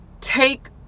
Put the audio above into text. take